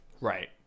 Right